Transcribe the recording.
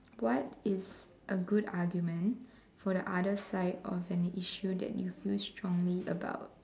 what is a good argument for the other side of an issue that you feel strongly about